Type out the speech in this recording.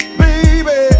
baby